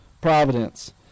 providence